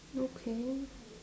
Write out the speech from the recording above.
okay